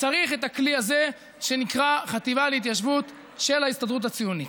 צריך את הכלי הזה שנקרא חטיבה להתיישבות של ההסתדרות הציונית.